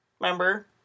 Remember